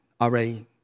already